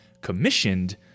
commissioned